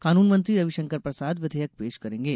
कानून मंत्री रवि शंकर प्रसाद विधेयक पेश करेंगे